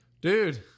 dude